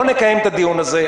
לא נקיים את הדיון הזה,